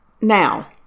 now